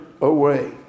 away